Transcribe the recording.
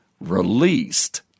released